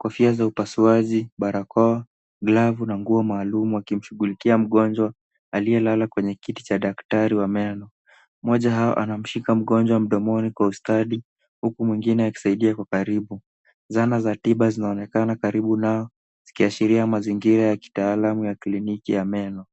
kofia za upasuaji, barakoa, glavu na nguo maalum. Wakimshughulikia mgonjwa aliyelala kwenye kiti cha daktari wa meno. Mmoja wao anamshika mgonjwa bega kwa ustadi, huku mwingine akisaidia kwa karibu. Zana za tiba zinaonekana karibu nao, zikiashiria mazingira ya kitaalamu ya kliniki ya meno.